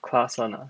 class [one] ah